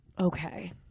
Okay